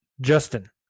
Justin